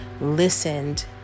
listened